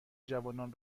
جوانان